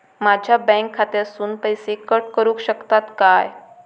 माझ्या बँक खात्यासून पैसे कट करुक शकतात काय?